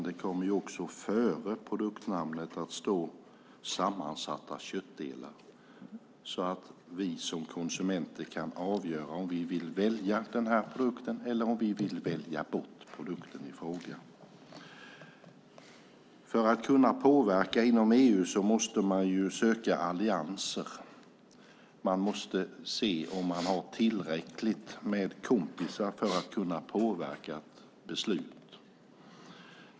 Det kommer att före produktnamnet stå "sammansatta köttdelar" så att vi som konsumenter kan avgöra om vi vill välja den här produkten eller om vi vill välja bort produkten i fråga. För att man ska kunna påverka inom EU måste man söka allianser. Man måste se om man har tillräckligt med kompisar för att kunna påverka ett beslut.